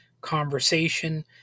conversation